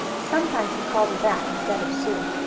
sometimes he called her that instead of sue.